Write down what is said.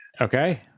Okay